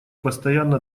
постоянно